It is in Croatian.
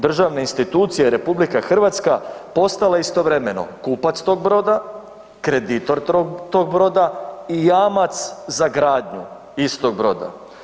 Državna institucija i RH postala istovremeno kupac tog broda, kreditor tog broda i jamac za gradnju istog broda.